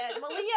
Malia